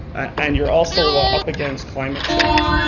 and you're also ah up against climate change.